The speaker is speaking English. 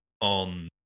on